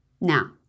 Now